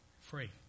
free